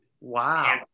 Wow